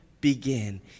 begin